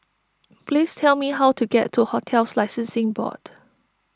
please tell me how to get to Hotels Licensing Board